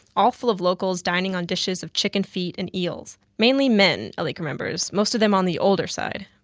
all full of locals dining on dishes of chicken feet and eels. mainly men, elik remembers, most of them on the older side.